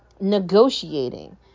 negotiating